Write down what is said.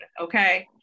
Okay